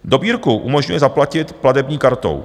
Dobírku umožňuje zaplatit platební kartou.